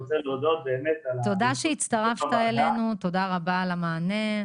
תודה שהצטרפת אלינו, תודה רבה על המענה.